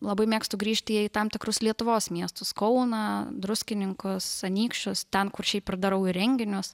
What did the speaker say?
labai mėgstu grįžti į tam tikrus lietuvos miestus kauną druskininkus anykščius ten kur šiaip ir darau ir renginius